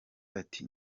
ati